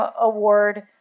Award